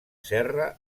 serra